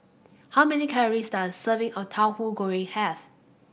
how many calories does serving of Tauhu Goreng have